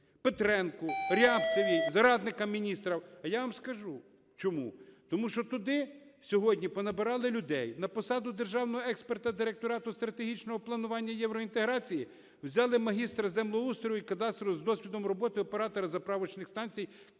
Петренку, Рябцевій, радникам міністра? А я вам скажу чому. Тому що туди сьогодні понабирали людей на посаду державного експерта Директорату стратегічного планування євроінтеграції взяли магістра землеустрою і кадастру з досвідом роботи оператора заправочних станцій